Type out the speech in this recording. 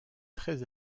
très